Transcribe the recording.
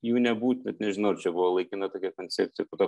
jų nebūt bet nežinau ar čia buvo laikina tokia koncepcija po to